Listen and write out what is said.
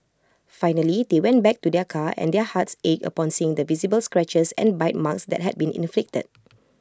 finally they went back to their car and their hearts ached upon seeing the visible scratches and bite marks that had been inflicted